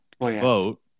vote